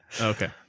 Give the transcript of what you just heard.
Okay